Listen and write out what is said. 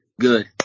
good